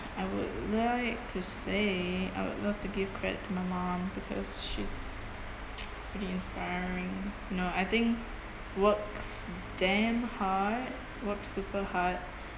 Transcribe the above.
I would like to say I would love to give credit to my mum because she's pretty inspiring and you know I think works damn hard works super hard